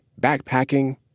backpacking